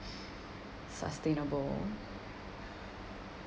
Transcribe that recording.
sustainable